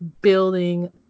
building